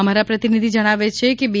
અમારા પ્રતિનિધી જણાવે છે કે બી